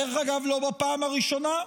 דרך אגב, לא בפעם הראשונה,